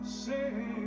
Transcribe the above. say